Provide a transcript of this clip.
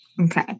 Okay